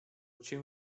cię